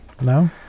no